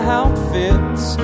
outfits